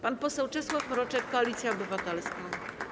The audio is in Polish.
Pan poseł Czesław Mroczek, Koalicja Obywatelska.